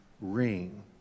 ring